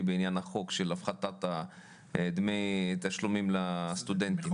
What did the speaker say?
בעניין החוק של הפחתת דמי תשלומים לסטודנטים.